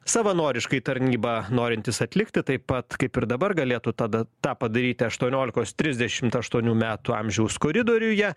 savanoriškai tarnybą norintys atlikti taip pat kaip ir dabar galėtų tada tą padaryti aštuoniolikos trisdešimt aštuonių metų amžiaus koridoriuje